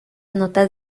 notas